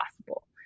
possible